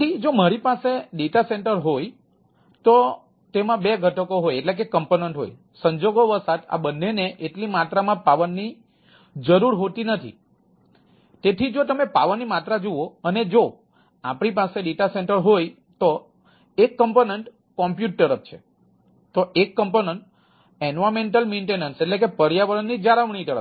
તેથી જો મારી પાસે DC તરફ